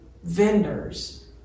vendors